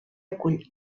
acull